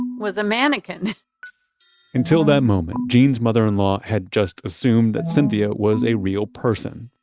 and was a mannequin until that moment, jeanne's mother-in-law had just assumed that cynthia was a real person,